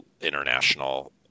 international